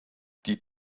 die